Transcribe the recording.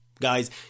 Guys